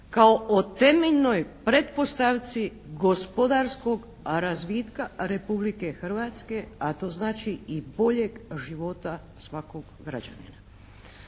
kao o temeljnoj pretpostavci gospodarskog razvitka Republike Hrvatske, a to znači i boljeg života svakog građanina.